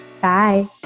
Bye